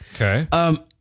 Okay